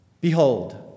Behold